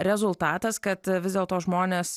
rezultatas kad vis dėlto žmonės